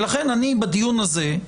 ולכן אני בדיון הזה,